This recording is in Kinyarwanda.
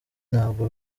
ntabwo